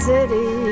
City